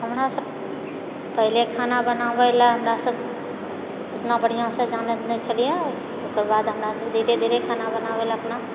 हमरासभ पहिले खाना बनाबयलऽ हमरासभ उतना बढिआँसँ जानैत नहि छलियै ओकर बाद हमरासभ धीरे धीरे खाना बनाबयलऽ अपना